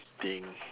think